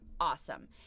awesome